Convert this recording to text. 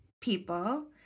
people